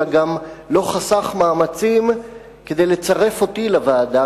אלא גם לא חסך מאמצים כדי לצרף אותי לוועדה,